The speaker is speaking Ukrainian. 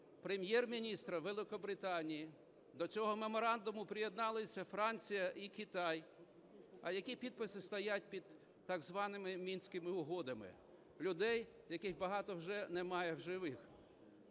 прем'єр-міністра Великобританії, до цього меморандуму приєдналися Франція і Китай. А які підписи стоять під так званими Мінськими угодами? Людей, яких багато вже немає в живих.